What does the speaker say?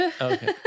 Okay